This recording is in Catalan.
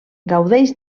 gaudeix